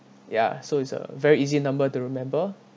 ya so it's a very easy number to remember